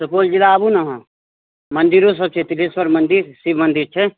सुपौल जिला आबू ने अहाँ मन्दिरो सभ छै सिघेंश्वर मन्दिर शिव मन्दिर छै